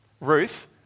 Ruth